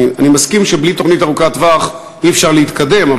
אני מסכים שבלי תוכנית ארוכת-טווח אי-אפשר להתקדם,